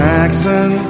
Jackson